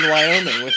Wyoming